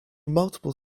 multiple